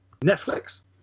Netflix